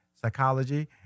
psychology